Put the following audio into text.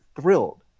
thrilled